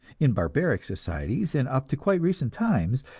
in barbaric societies, and up to quite recent times,